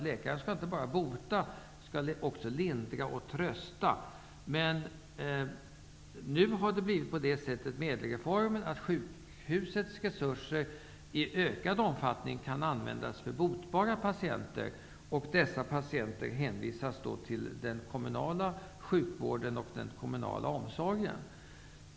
Läkare skall inte bara bota, utan de skall också lindra och trösta. I och med ÄDEL-reformen kan sjukhusets resurser i ökad omfattning användas för botbara patienter. De klinikfärdiga patienterna hänvisas då till den kommunala sjukvården och omsorgen.